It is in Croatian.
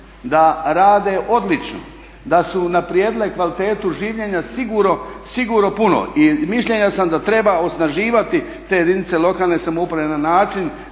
da rade odlično, da su unaprijedile kvalitetu življenja sigurno puno. I mišljenja sam da treba osnaživati te jedinice lokalne samouprave na način